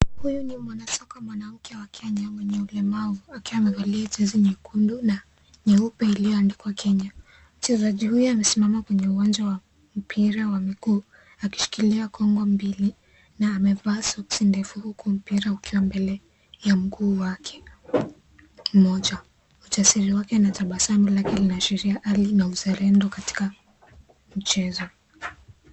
Huyu ni mwanasoka mwanamke wa Kenya mwenye ulemavu akiwa amevalia jezi nyekundu na nyeupe iliyoandikwa Kenya. Mchezaji huyo amesimama kwenye uwanja wa mpira wa miguu akishikilia kongo mbili na amevaa soksi ndefu huku mpira ukiwa mbele ya mguu wake mmoja. Ujasiri wake na tabasamu lake linaashiria hali na uzalendo katika mchezo.